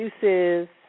juices